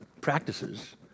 practices